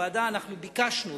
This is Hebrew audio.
בוועדה ביקשנו,